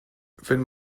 wenn